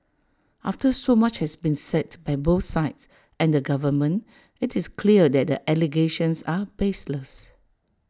after so much has been said by both sides and the government IT is clear that the allegations are baseless